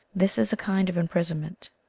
this is a kind of imprisonment.